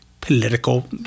political